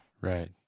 Right